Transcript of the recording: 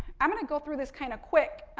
i'm going to go through this kind of quick.